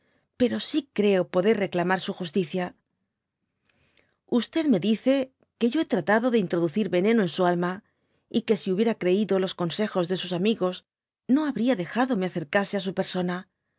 pero sí creo poder reclamar su justicia me dice que yo he tratado de introducir veneno en su alma y que si hubiera creido los consejos de sus amigos no habria dejado me acercase á su persona